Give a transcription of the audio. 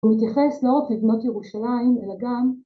‫הוא מתייחס לא רק לבנות ירושלים, ‫אלא גם...